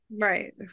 right